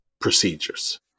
procedures